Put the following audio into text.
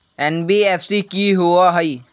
NBFC कि होअ हई?